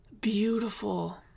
beautiful